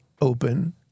Open